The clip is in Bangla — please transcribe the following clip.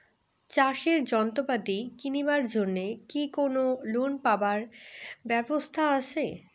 চাষের যন্ত্রপাতি কিনিবার জন্য কি কোনো লোন পাবার ব্যবস্থা আসে?